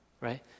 right